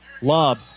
lob